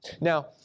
Now